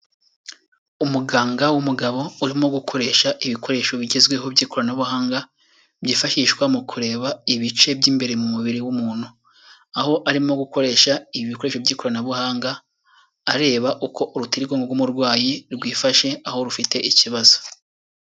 Umuganga w'umugabo urimo gukoresha ibikoresho bigezweho by'ikoranabuhanga byifashishwa mu kureba ibice by'imbere mu mubiri w'umuntu. Aho arimo gukoresha ibi bikoresho by'ikoranabuhanga areba uko urutirigongo rw'umurwayi rwifashe aho rufite ikibazo.